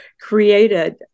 created